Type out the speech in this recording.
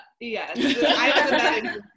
Yes